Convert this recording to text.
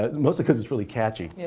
ah mostly because it's really catchy. yeah